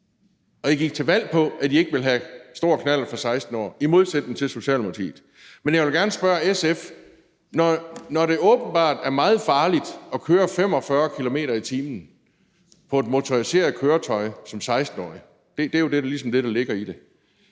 og I gik til valg på, at I ikke ville have store knallerter tilladt fra 16 år, i modsætning til Socialdemokratiet. Men jeg vil gerne spørge SF, når det åbenbart er meget farligt at køre 45 km/t. på et motoriseret køretøj som 16-årig – det er jo ligesom det, der ligger i det